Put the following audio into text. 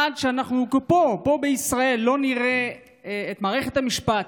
עד שאנחנו פה, פה בישראל, לא נראה את מערכת המשפט